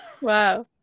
Wow